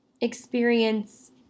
experience